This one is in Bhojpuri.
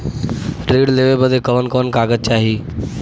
ऋण लेवे बदे कवन कवन कागज चाही?